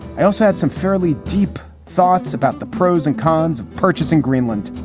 i also had some fairly deep thoughts about the pros and cons of purchasing greenland.